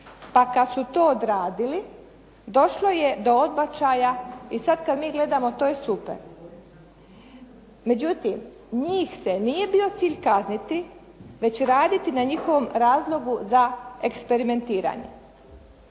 Pa kad su to odradili došlo je do odbačaja, i sad kad mi gledamo to je super. Međutim njih se nije bio cilj kazniti, već raditi na njihovom razlogu za eksperimentiranje.